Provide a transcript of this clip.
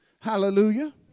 hallelujah